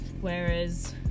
Whereas